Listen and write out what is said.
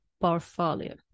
portfolio